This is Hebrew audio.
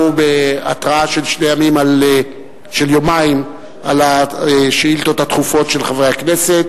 בהתראה של יומיים על השאילתות הדחופות של חברי הכנסת,